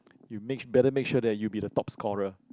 you make sure better make sure that you'll be the top scholar